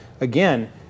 again